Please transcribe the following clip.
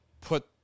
put